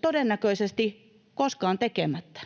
todennäköisesti koskaan tekemättä.